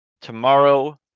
tomorrow